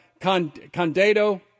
Condado